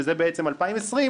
שזה בעצם 2020,